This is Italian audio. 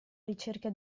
ricerca